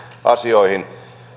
asioihin